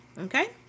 okay